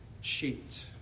sheet